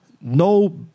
no